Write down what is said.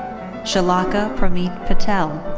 shalaka pramit patel.